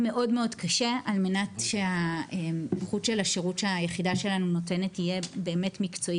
מאוד קשה על מנת שהאיכות של השירות שהיחידה שלנו נותנת יהיה מקצועי,